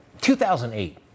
2008